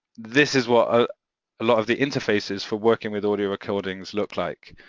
this is what a lot of the interfaces for working with audio recordings look like.